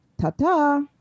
Ta-ta